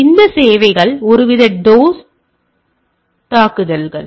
எனவே இந்த சேவைகள் ஒருவித டோஸ் தாக்குதல்கள்